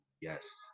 Yes